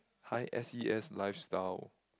high S_E_S lifestyle